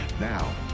Now